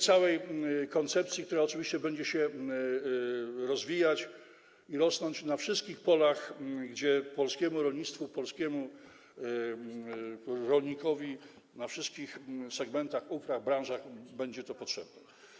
Cała koncepcja oczywiście będzie się rozwijać i rosnąć na wszystkich polach, gdzie polskiemu rolnictwu, polskiemu rolnikowi, we wszystkich segmentach upraw, branżach, będzie to potrzebne.